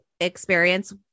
experience